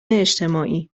اجتماعی